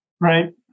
Right